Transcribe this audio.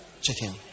chicken